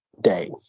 day